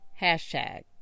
hashtag